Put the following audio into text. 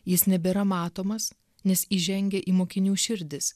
jis nebėra matomas nes įžengia į mokinių širdis